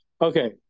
Okay